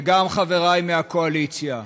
וגם חברי מהקואליציה: